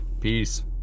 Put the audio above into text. Peace